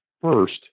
first